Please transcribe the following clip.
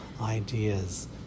ideas